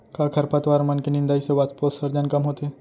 का खरपतवार मन के निंदाई से वाष्पोत्सर्जन कम होथे?